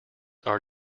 are